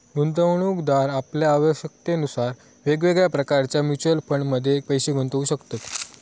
गुंतवणूकदार आपल्या आवश्यकतेनुसार वेगवेगळ्या प्रकारच्या म्युच्युअल फंडमध्ये पैशे गुंतवू शकतत